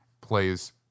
Plays